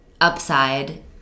Upside